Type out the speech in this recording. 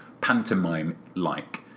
pantomime-like